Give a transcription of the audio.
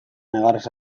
negarrez